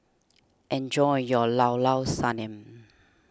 enjoy your Llao Llao Sanum